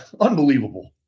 unbelievable